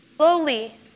Slowly